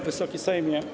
Wysoki Sejmie!